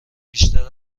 بیشتر